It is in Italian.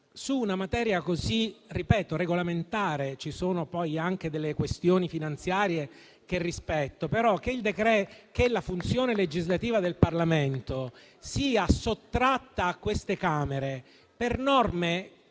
su una materia così regolamentare. Ci sono poi anche delle questioni finanziarie, che rispetto. Però, la funzione legislativa del Parlamento è sottratta a queste Camere per certe